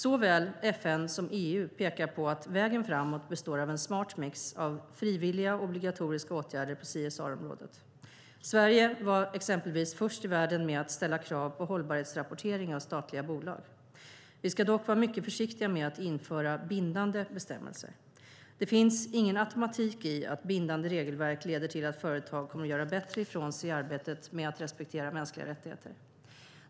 Såväl FN som EU pekar på att vägen framåt består av en "smart mix" av frivilliga och obligatoriska åtgärder på CSR-området. Sverige var exempelvis först i världen med att ställa krav på hållbarhetsrapportering av statliga bolag. Vi ska dock vara mycket försiktiga med att införa bindande bestämmelser. Det finns ingen automatik i att bindande regelverk leder till att företag kommer att göra bättre ifrån sig i arbetet med att respektera MR.